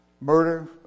Murder